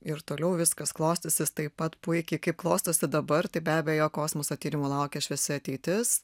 ir toliau viskas klostysis taip pat puikiai kaip klostosi dabar tai be abejo kosmoso tyrimų laukia šviesi ateitis